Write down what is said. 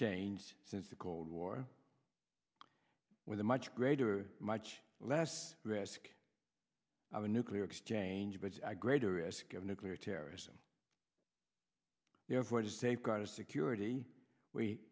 changed since the cold war with a much greater much less risk of a nuclear exchange but a greater risk of nuclear terrorism therefore to take our security we